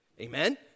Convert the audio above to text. Amen